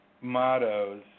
mottos